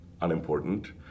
unimportant